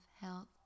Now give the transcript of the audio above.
health